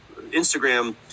Instagram